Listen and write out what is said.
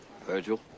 Virgil